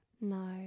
No